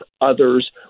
Others